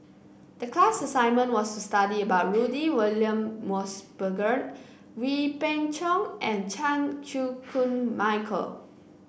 the class assignment was to study about Rudy William Mosbergen Wee Beng Chong and Chan Chew Koon Michael